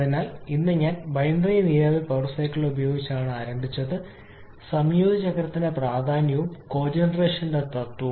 അതിനാൽ ഇന്ന് ഞാൻ ബൈനറി നീരാവി പവർ സൈക്കിൾ ഉപയോഗിച്ചാണ് ആരംഭിച്ചത് സംയോജിത ചക്രത്തിന്റെ പ്രാധാന്യവും കോജെനറേഷന്റെ തത്വവും